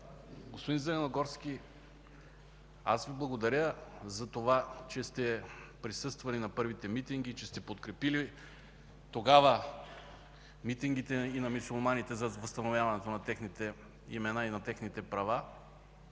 Господин Зеленогорски, аз Ви благодаря за това, че сте присъствали на първите митинги и че сте подкрепили тогава митингите на мюсюлманите за възстановяването на техните имена и на техните права.